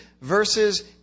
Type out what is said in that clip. verses